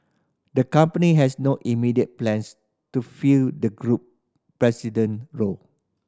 the company has no immediate plans to fill the group president role